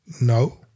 no